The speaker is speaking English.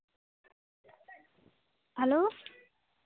hello